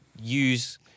use